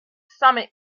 summit